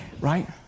Right